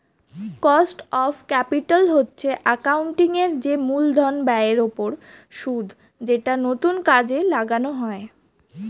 cost of capital হচ্ছে accounting এর যে মূলধন ব্যয়ের ওপর সুদ যেটা নতুন কাজে লাগানো হয়